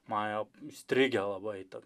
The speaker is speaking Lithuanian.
man jie įstrigę labai to